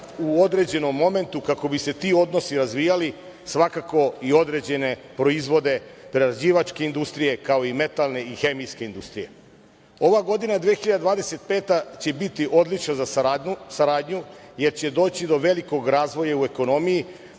u određenom momentu kako bi se ti odnosi razvijali svakako i određene proizvode prerađivačke industrije, kao i metalne i hemijske industrije. Ova godina 2025. će biti odlična za saradnju, jer će doći do velikog razvoja u ekonomiji,